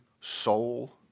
soul